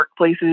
workplaces